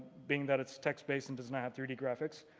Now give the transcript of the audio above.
being that it's text based and doesn't have three d graphics.